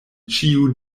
ĉiu